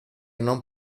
non